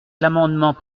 l’amendement